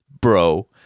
bro